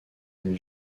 une